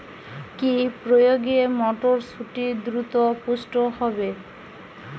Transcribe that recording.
কি প্রয়োগে মটরসুটি দ্রুত পুষ্ট হবে?